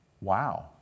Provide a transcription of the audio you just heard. Wow